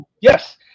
yes